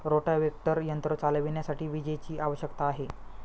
rotavator यंत्र चालविण्यासाठी विजेची आवश्यकता आहे